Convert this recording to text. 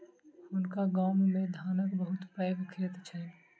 हुनका गाम मे धानक बहुत पैघ खेत छैन